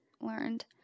Learned